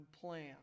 plan